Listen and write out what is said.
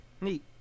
Neat